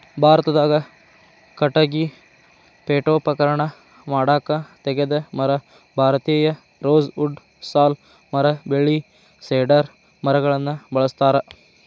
ಭಾರತದಾಗ ಕಟಗಿ ಪೇಠೋಪಕರಣ ಮಾಡಾಕ ತೇಗದ ಮರ, ಭಾರತೇಯ ರೋಸ್ ವುಡ್ ಸಾಲ್ ಮರ ಬೇಳಿ ಸೇಡರ್ ಮರಗಳನ್ನ ಬಳಸ್ತಾರ